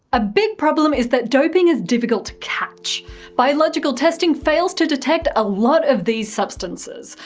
a big problem is that doping is difficult to catch biological testing fails to detect a lot of these substances.